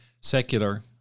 secular